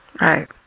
Right